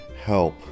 help